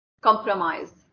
compromise